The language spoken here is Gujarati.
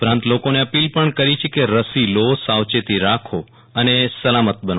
ઉપરાંત લોકોને અપીલ પણ કરી છે કે રસી લો સાવચેતી રાખો અને સલામત બનો